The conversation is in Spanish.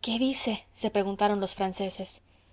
qué dice se preguntaron los franceses